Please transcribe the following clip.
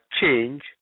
change